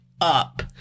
up